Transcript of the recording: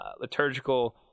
liturgical